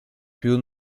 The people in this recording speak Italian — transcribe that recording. più